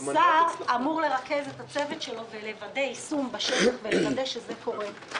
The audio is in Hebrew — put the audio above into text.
שר אמור לרכז את הצוות שלו ולוודא יישום בשטח ולוודא שזה קורה.